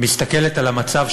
מסתכלת על המצב,